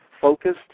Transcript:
focused